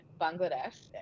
Bangladesh